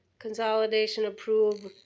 consolidation approve,